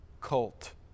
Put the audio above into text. Cult